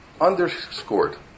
underscored